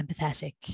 empathetic